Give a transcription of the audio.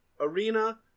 arena